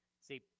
See